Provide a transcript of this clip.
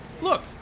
Look